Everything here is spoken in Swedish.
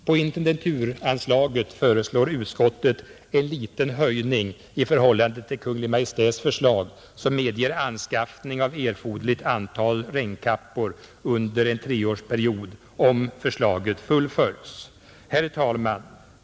På intendenturanslaget föreslår utskottet en liten höjning i förhållande till Kungl. Maj:ts förslag, vilken medger anskaffning av erforderligt anta regnkappor under en treårsperiod om förslaget fullföljs. Herr talman!